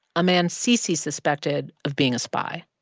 a man cc suspected of being a spy.